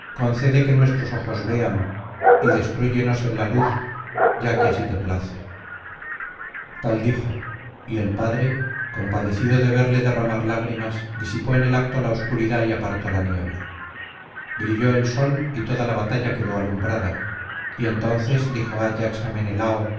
concede que nuestros ojos vean y destruyenos en la luz ya que así te place tal dijo y el padre compadecido de verle derramar lágrimas disipó en el acto la obscuridad y apartó la niebla brilló el sol y toda la batalla quedó alumbrada y entonces dijo ayax á menelao